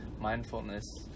mindfulness